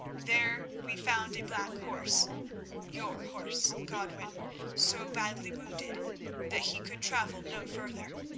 there we found a black horse your horse, godwin so badly wounded that he could travel no further,